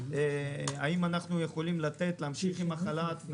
האם אנחנו יכולים להמשיך עם החל"ת,